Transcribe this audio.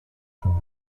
train